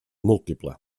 múltiple